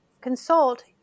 consult